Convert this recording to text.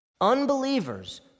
Unbelievers